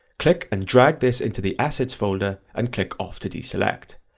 click and drag this into the assets folder and click off to deselect.